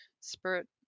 spirit